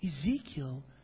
Ezekiel